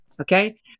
okay